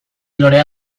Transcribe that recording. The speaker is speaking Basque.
lorea